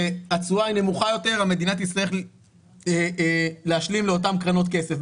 כשהתשואה היא נמוכה יותר המדינה תצטרך להשלים לאותן קרנות כסף.